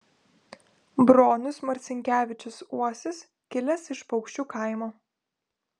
bronius marcinkevičius uosis kilęs iš paukščių kaimo